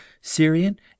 syrian